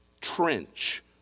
trench